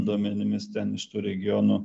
duomenimis ten iš tų regionų